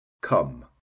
Come